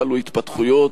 חלו התפתחויות.